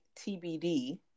TBD